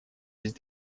есть